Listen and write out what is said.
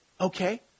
okay